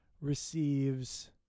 receives